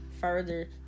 further